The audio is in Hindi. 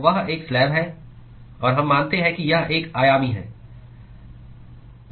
तो वह एक स्लैब है और हम मानते हैं कि यह एक आयामी है